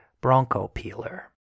bronco-peeler